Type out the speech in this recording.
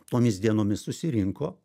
tomis dienomis susirinko